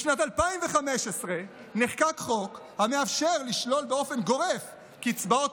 בשנת 2015 נחקק חוק המאפשר לשלול באופן גורף קצבאות